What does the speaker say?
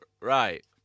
Right